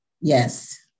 yes